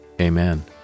amen